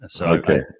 Okay